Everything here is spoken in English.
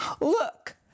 Look